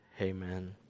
amen